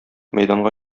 мәйданга